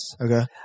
Okay